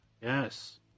Yes